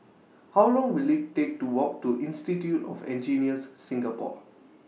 How Long Will IT Take to Walk to Institute of Engineers Singapore